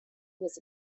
was